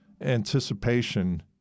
anticipation